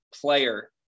player